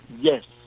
yes